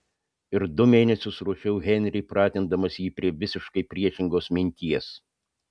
ir du mėnesius ruošiau henrį pratindamas jį prie visiškai priešingos minties